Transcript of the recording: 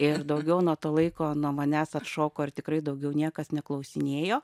ir daugiau nuo to laiko nuo manęs atšoko ir tikrai daugiau niekas neklausinėjo